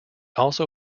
also